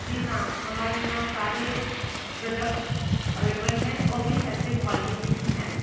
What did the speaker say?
जी हाँ हमारे यहाँ सारे प्रॉडक्ट अवेलेबल हैं ओ भी अच्छे क्वालिटी के ही हैं